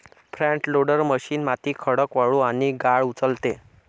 front loader machine माती, खडक, वाळू आणि गाळ उचलते